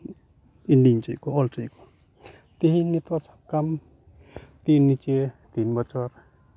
painting ᱦᱚᱪᱚᱭᱮᱫ ᱠᱚᱣᱟ ᱚᱞ ᱦᱚᱪᱚᱭᱮᱫ ᱠᱚᱣᱟ ᱛᱮᱦᱤᱧ ᱱᱤᱛᱳᱜ ᱥᱟᱵ ᱠᱟᱜ ᱟᱢ ᱛᱤᱱ ᱱᱤᱪᱮ ᱛᱤᱱ ᱵᱚᱪᱷᱚᱨ